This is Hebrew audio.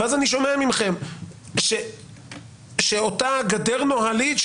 ואז אני שומע מכם שאותה גדר נוהלית,